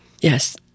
Yes